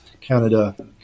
canada